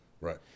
Right